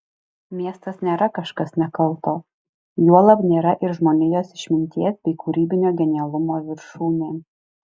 miestas nėra kažkas nekalto juolab nėra ir žmonijos išminties bei kūrybinio genialumo viršūnė